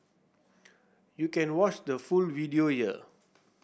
you can watch the full video here